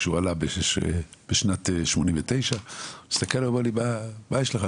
כשהוא עלה בשנת 1989. הוא הסתכל עליי ואמר לי "מה יש לך?